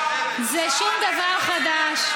לוי אשכול, זה שום דבר חדש.